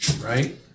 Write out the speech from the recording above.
right